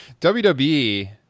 WWE